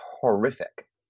horrific